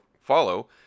follow